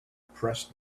pressed